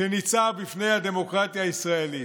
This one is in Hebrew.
שניצב בפני הדמוקרטיה הישראלית.